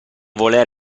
voler